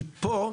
כי פה,